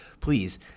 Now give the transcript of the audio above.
Please